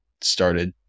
started